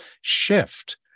shift